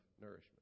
nourishment